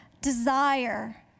desire